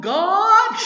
God